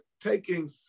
taking